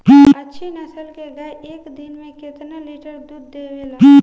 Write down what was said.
अच्छी नस्ल क गाय एक दिन में केतना लीटर दूध देवे ला?